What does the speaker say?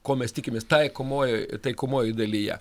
ko mes tikimės taikomojoj taikomojoj dalyje